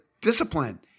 discipline